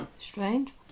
Strange